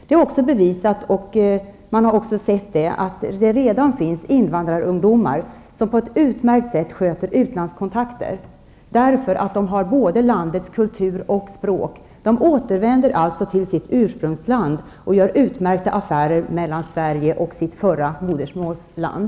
Det finns redan invandrarungdomar som på ett mycket bra sätt sköter utlandskontakter, därför att de kan både landets kultur och landets språk. De återvänder alltså till sitt ursprungsland och gör utmärkta affärer mellan Sverige och sitt förra hemland.